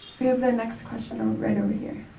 we have the next question ah right over here.